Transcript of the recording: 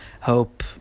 hope